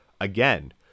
Again